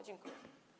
Dziękuję.